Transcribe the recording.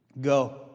go